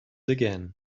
again